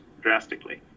drastically